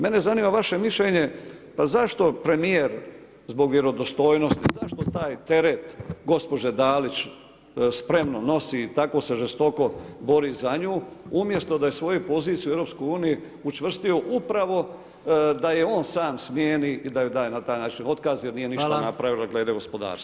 Mene zanima vaše mišljenje pa zašto premijer zbog vjerodostojnosti, zašto taj teret gospođe Dalić spremno nosi i tako se žestoko bori za nju umjesto da svoju poziciju u EU učvrstio upravo da je on sam smjeni i da joj da na taj način otkaz jer nije ništa napravila glede gospodarstva?